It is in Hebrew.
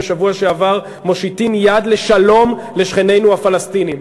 בשבוע שעבר: אנחנו מושיטים יד לשלום לשכנינו הפלסטינים.